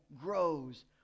grows